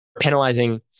penalizing